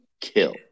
kill